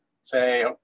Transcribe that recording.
say